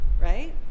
right